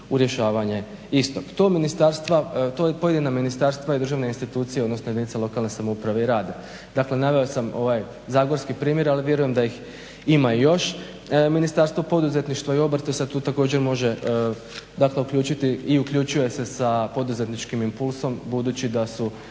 u rješavanje istog. Pojedina ministarstva i državne institucije odnosno jedinice lokalne samouprave i rade. Dakle naveo sam ovaj zagorski primjer ali vjerujem da ih ima još. Ministarstvo poduzetništva i obrta tu sada također može uključiti i uključuje se sa poduzetničkim impulsom budući da su